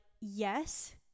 yes